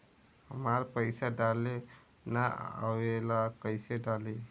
हमरा पईसा डाले ना आवेला कइसे डाली?